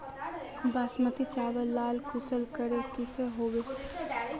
बासमती चावल लार कुंसम करे किसम होचए?